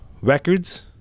records